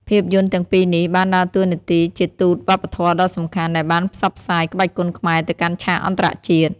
ភាពយន្តទាំងពីរនេះ បានដើរតួនាទីជាទូតវប្បធម៌ដ៏សំខាន់ដែលបានផ្សព្វផ្សាយក្បាច់គុនខ្មែរទៅកាន់ឆាកអន្តរជាតិ។